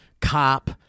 cop